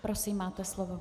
Prosím, máte slovo.